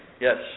Yes